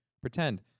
Pretend